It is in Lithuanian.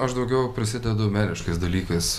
aš daugiau prisidedu meriškais dalykais